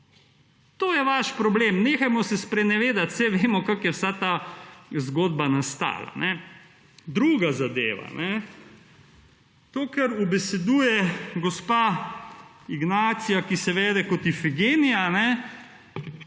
To je vaš problem. Nehajmo se sprenevedat. Saj vemo, kako je vsa ta zgodba nastala. Druga zadeva. To, kar ubeseduje gospa Ignacija, ki se vede kot Ifigenija,